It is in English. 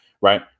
right